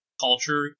Culture